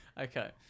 Okay